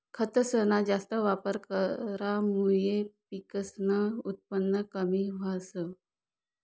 खतसना जास्त वापर करामुये पिकसनं उत्पन कमी व्हस